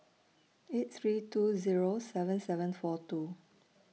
eight three two Zero seven seven four two